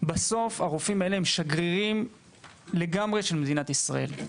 בסוף הרופאים האלה הם שגרירים לגמרי של מדינת ישראל,